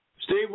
Steve